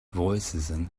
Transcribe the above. voicesand